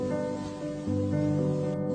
בגודלו ממה שהיה,